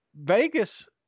Vegas